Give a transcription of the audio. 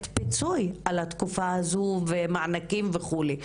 פיצוי על התקופה הזו ומענקים וכולי.